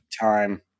time